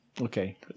Okay